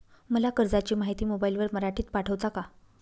मला कर्जाची माहिती मोबाईलवर मराठीत पाठवता का?